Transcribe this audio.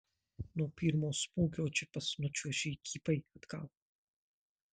nuo pirmo smūgio džipas nučiuožė įkypai atgal